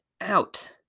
out